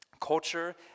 culture